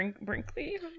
brinkley